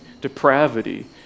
depravity